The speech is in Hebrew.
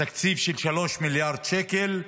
תקציב של 3 מיליארד שקלים.